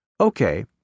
Okay